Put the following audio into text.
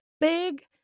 big